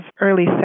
early